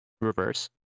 Reverse